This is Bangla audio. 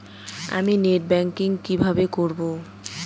আমি নেট ব্যাংকিং কিভাবে করব?